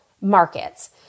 markets